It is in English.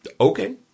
Okay